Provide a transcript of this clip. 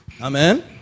Amen